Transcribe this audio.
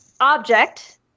object